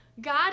God